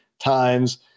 times